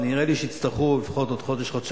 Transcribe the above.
ונראה לי שיצטרכו לפחות עוד חודש,